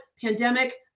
pandemic